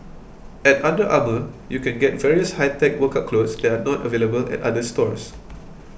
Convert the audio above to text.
at Under Armour you can get various high tech workout clothes that are not available at other stores